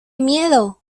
miedo